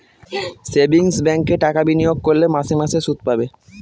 savings ব্যাঙ্কে টাকা বিনিয়োগ করলে মাসে মাসে শুদ পাবে